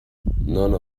none